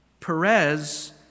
Perez